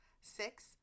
Six